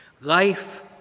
life